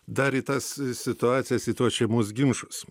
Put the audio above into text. dar į tas situacijas į tuos šeimos ginčus